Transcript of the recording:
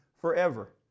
forever